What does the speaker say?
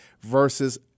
versus